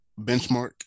benchmark